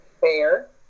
fair